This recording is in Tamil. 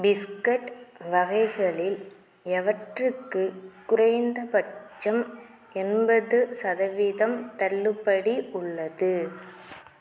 பிஸ்கட் வகைகளில் எவற்றுக்கு குறைந்தபட்சம் எண்பது சதவீதம் தள்ளுபடி உள்ளது